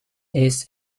his